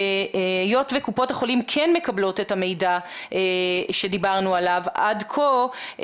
היות וקופות החולים כן מקבלות את המידע שדיברנו עליו עד כה,